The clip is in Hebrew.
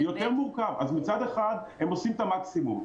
אז מצד אחד הם עושים את המקסימום,